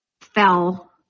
fell